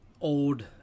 old